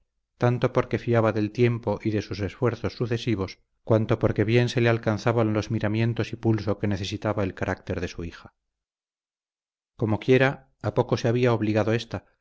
tanto porque fiaba del tiempo y de sus esfuerzos sucesivos cuanto porque bien se le alcanzaban los miramientos y pulso que necesitaba el carácter de su hija comoquiera a poco se había obligado ésta